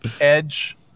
Edge